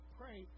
pray